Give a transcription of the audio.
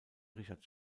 richard